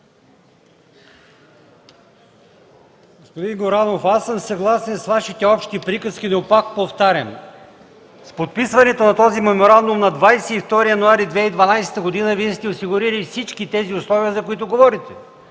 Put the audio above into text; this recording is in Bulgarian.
Господин Горанов, аз съм съгласен с Вашите общи приказки, но пак повтарям – с подписването на този меморандум на 22 януари 2012 г. Вие сте осигурили всички тези условия, за които говорите.